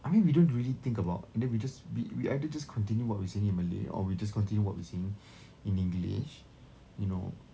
I mean we don't really think about and then we just we we either just continue what we're saying in malay or we just continue what we're saying in english you know